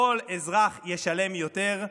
כל אזרח ישלם יותר.